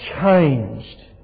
changed